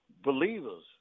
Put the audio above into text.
believers